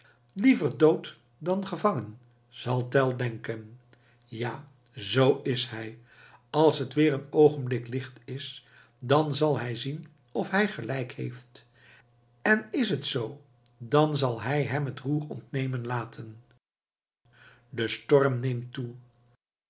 liever dood dan gevangen zal tell denken ja zoo is hij als het weer een oogenblik licht is dan zal hij zien of hij gelijk heeft en is het zoo dan zal hij hem het roer ontnemen laten de storm neemt toe